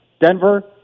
Denver